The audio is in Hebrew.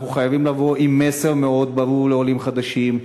אנחנו חייבים לבוא עם מסר מאוד ברור לעולים חדשים,